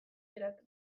geratu